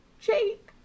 Jake